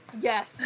Yes